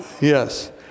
yes